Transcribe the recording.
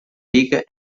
league